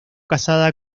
casada